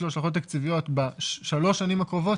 לו השלכות תקציביות בשלוש השנים הקרובות,